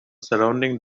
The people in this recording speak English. surrounding